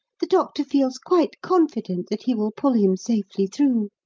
the doctor feels quite confident that he will pull him safely through.